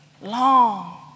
long